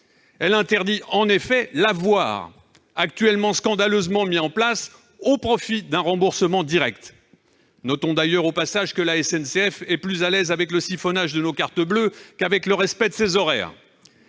Elle tend à interdire l'avoir actuellement scandaleusement mis en place, au profit d'un remboursement direct. Notons d'ailleurs au passage que la SNCF est plus à l'aise avec le siphonnage de nos cartes bleues qu'avec le respect de ses horaires